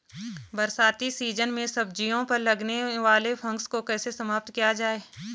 बरसाती सीजन में सब्जियों पर लगने वाले फंगस को कैसे समाप्त किया जाए?